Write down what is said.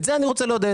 את זה אני רוצה לעודד.